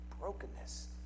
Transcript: brokenness